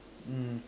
mm